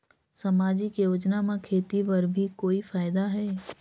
समाजिक योजना म खेती बर भी कोई फायदा है?